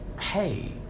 hey